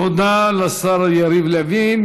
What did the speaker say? תודה לשר יריב לוין.